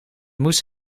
moest